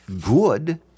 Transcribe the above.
good